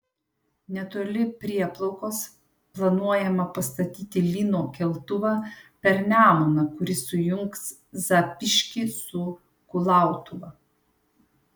netoli prieplaukos planuojama pastatyti lyno keltuvą per nemuną kuris sujungs zapyškį su kulautuva